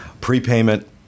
prepayment